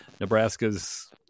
Nebraska's –